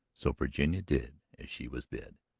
so virginia did as she was bid.